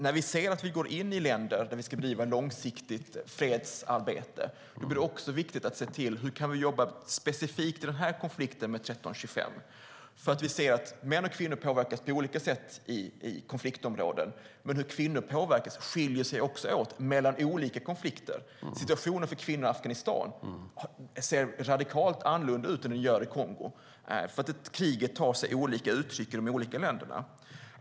När vi går in i länder där vi ska bedriva ett långsiktigt fredsarbete är det också viktigt att se till hur vi kan jobba specifikt i just denna konflikt med resolution 1325. Vi ser nämligen att män och kvinnor påverkas på olika sätt i konfliktområden. Men hur kvinnor påverkas skiljer sig också åt mellan olika konflikter. Situationen för kvinnor i Afghanistan ser radikalt annorlunda ut än situationen för kvinnor i Kongo därför att kriget tar sig olika uttryck i de olika länderna.